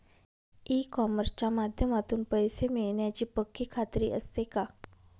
E कॉमर्सच्या माध्यमातून पैसे मिळण्याची पक्की खात्री असते का?